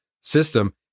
system